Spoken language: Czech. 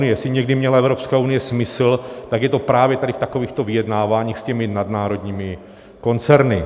Jestli někdy měla Evropská unie smysl, tak to je právě v takovýchto vyjednáváních s těmi nadnárodními koncerny.